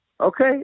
Okay